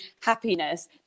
happiness